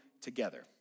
together